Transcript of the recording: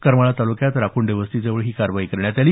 करमाळा तालुक्यात राखुंडे वस्ती जवळ ही कारवाई करण्यात आली